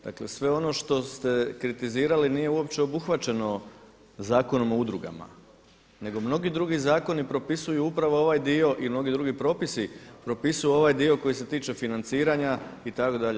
Dakle, sve ono što ste kritizirali nije uopće obuhvaćeno Zakonom o udrugama nego mnogi drugi zakoni propisuju upravo ovaj dio i mnogi drugi propisi propisuju ovaj dio koji se tiče financiranja itd.